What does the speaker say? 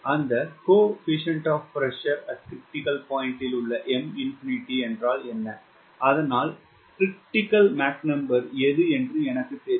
அந்த 𝐶PCR உள்ள M என்ன அதனால் Mcritical எது என்று எனக்குத் தெரியும்